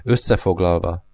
Összefoglalva